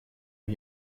new